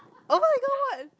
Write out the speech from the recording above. oh-my-god what